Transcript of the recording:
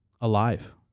alive